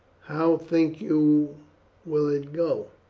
how think you will it go?